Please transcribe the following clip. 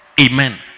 Amen